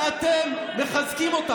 ואתם מחזקים אותם.